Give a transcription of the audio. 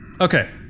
okay